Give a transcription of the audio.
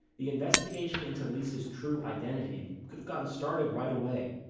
the investigation into lisa's true identity could've gotten started right away